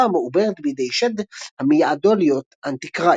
המעוברת בידי שד המיעדו להיות אנטיכריסט.